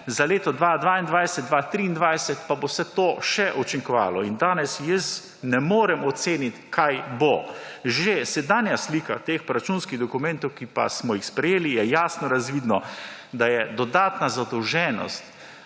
Za leto 2022-2023 pa bo vse to še učinkovalo in danes jaz ne morem oceniti kaj bo. Že sedanja slika teh proračunskih dokumentov, ki pa smo jih sprejeli je jasno razvidno, da je dodatna zadolženost